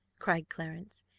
cried clarence.